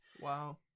wow